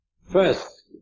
first